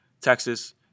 Texas